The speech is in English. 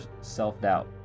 self-doubt